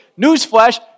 Newsflash